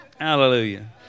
Hallelujah